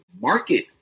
market